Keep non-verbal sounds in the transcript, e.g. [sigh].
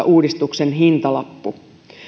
[unintelligible] uudistuksen hintalappu näistä ratkaisuista